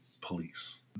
police